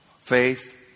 faith